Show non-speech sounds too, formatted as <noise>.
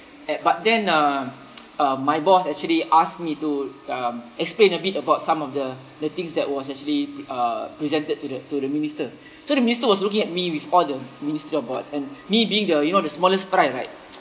a~ but then uh uh my boss actually asked me to um explain a bit about some of the the things that was actually pre~ uh presented to the to the minister so the minister was looking at me with all the ministerial boards and me being the you know the smallest fry right <noise>